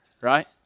Right